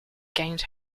gained